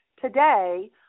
today